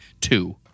two